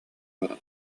баран